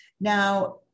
Now